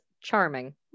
Charming